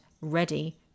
ready